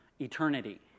eternity